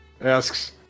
asks